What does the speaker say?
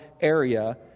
area